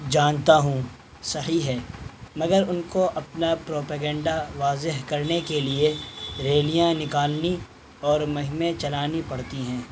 جانتا ہوں صحیح ہے مگر ان کو اپنا پروپیگنڈا واضح کرنے کے لیے ریلیاں نکالنی اور مہمیں چلانی پڑتی ہیں